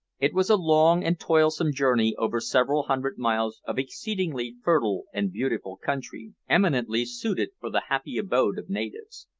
it was a long and toilsome journey over several hundred miles of exceedingly fertile and beautiful country, eminently suited for the happy abode of natives.